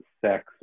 sex